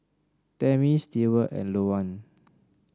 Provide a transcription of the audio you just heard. Tammie Steward and Louann